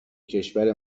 کشور